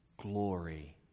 glory